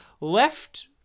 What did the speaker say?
left